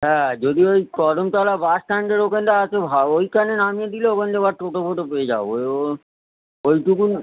হ্যাঁ যদি ওই কদমতলা বাস স্ট্যান্ডের ওখানটা আসে ভালো ওইখানে নামিয়ে দিলে ওখান থেকে আবার টোটো ফোটো পেয়ে যাবো ওই ও ও ওইটুকুন